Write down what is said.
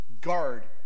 Guard